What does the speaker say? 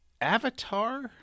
avatar